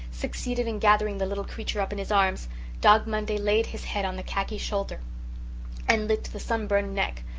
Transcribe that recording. succeeded in gathering the little creature up in his arms dog monday laid his head on the khaki shoulder and licked the sunburned neck,